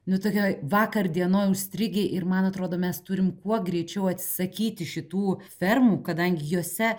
nu tokioj vakar dienoj užstrigę ir man atrodo mes turim kuo greičiau atsisakyti šitų fermų kadangi jose